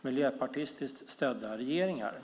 miljöpartistiskt stödda regeringar.